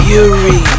Fury